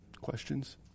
questions